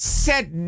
set